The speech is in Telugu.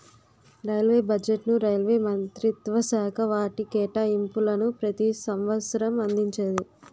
రైల్వే బడ్జెట్ను రైల్వే మంత్రిత్వశాఖ వాటి కేటాయింపులను ప్రతి సంవసరం అందించేది